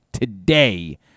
Today